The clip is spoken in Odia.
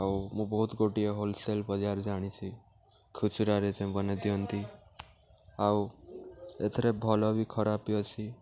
ଆଉ ମୁଁ ବହୁତ ଗୋଟିଏ ହୋଲ୍ ସେଲ୍ ବଜାର ଜାଣିଛି ଖୁଚୁରାରେ ସେମାନେ ଦିଅନ୍ତି ଆଉ ଏଥିରେ ଭଲ ବି ଖରାପ ବି ଅଛି